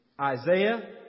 Isaiah